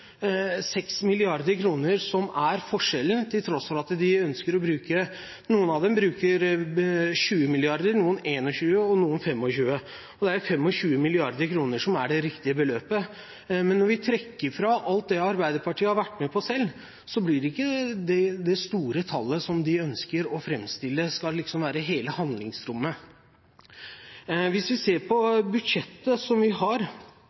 som er forskjellen, til tross for at noen av dem bruker 20 mrd., noen 21 mrd. og noen 25 mrd. kr. Det er 25 mrd. kr som er det riktige beløpet. Men når vi trekker fra alt det Arbeiderpartiet har vært med på selv, blir det ikke det store tallet som de ønsker å framstille skal være hele handlingsrommet. Hvis vi ser på budsjettet som vi har,